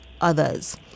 others